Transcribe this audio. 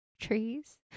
trees